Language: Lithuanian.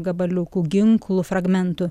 gabaliukų ginklų fragmentų